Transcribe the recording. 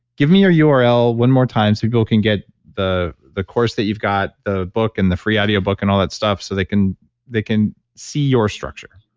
give me your your url one more time so people can get the the course that you've got, the book and the free audio book and all that stuff so they can they can see your structure.